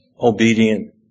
obedient